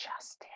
Justice